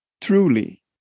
truly